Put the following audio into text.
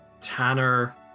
Tanner